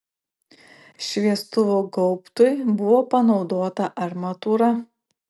šviestuvo gaubtui buvo panaudota armatūra